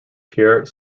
pierre